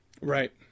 Right